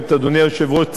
צריך לחזק,